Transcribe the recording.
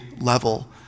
level